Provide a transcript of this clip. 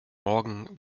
morgen